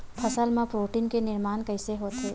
फसल मा प्रोटीन के निर्माण कइसे होथे?